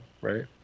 right